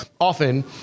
often